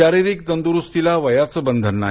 शारिरीक तंदुरूस्तीला वयाचं बंधन नाही